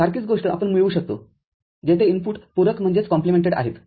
सारखीच गोष्ट आपण मिळवू शकतो जेथे इनपुट पूरकआहेत आणि OR केले आहेत